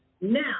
Now